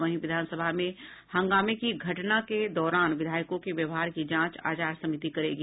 वहीं विधानसभा में हंगामे की घटना के दौरान विधायकों के व्यवहार की जांच आचार समिति करेगी